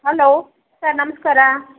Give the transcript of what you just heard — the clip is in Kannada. ಹಲೋ ಸರ್ ನಮಸ್ಕಾರ